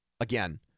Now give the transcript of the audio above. again